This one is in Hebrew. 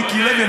מיקי לוי,